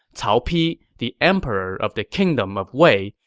cao pi, the emperor of the kingdom of wei,